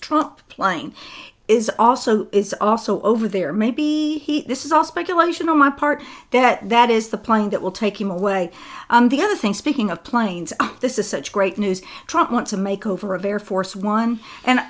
trump plane is also is also over there maybe this is all speculation on my part that that is the plane that will take him away and the other thing speaking of planes this is such great news truck want to make over of air force one and